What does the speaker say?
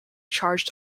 charged